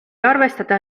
arvestada